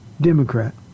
democrat